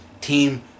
Team